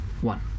one